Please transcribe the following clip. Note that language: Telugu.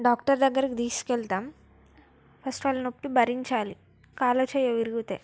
డాక్టర్ దగ్గరికి తిసుకువెళతాం ఫస్ట్ వాళ్ళు నొప్పి భరించాలి కాలో చెయ్యో విరిగితే